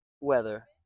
weather